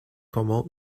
como